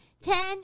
Ten